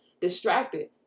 distracted